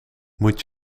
moet